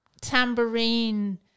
tambourine